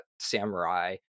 samurai